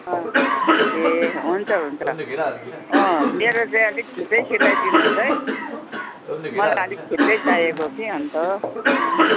ए हुन्छ हुन्छ मेरो चाहिँ अलिक छिटै सिलाई दिनु होस् है मलाई अलिक छिटै चाहिएको कि अन्त